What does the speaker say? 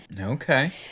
Okay